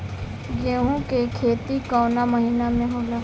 गेहूँ के खेती कवना महीना में होला?